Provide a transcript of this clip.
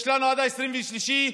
יש לנו עד 23 בדצמבר